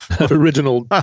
original